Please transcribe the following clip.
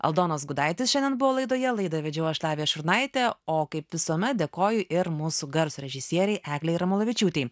aldonas gudaitis šiandien buvo laidoje laidą vedžiau aš lavija šurnaitė o kaip visuomet dėkoju ir mūsų garso režisierei eglei ramalavičiūtei